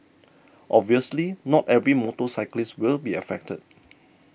obviously not every motorcyclist will be affected